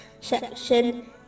section